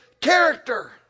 character